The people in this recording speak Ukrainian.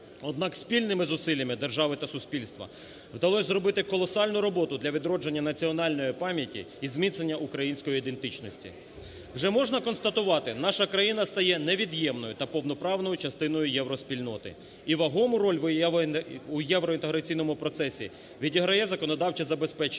Однак спільними зусиллями держави та суспільства вдалося зробити колосальну роботу для відродження національної пам'яті і зміцнення української ідентичності. Вже можна констатувати: наша країна стає невід'ємною та повноправною частиною євроспільноти. І вагому роль у євроінтеграційному процесі відіграє законодавче забезпечення,